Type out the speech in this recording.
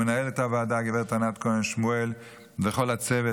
למנהלת הוועדה הגב' ענת כהן שמואל וכל הצוות,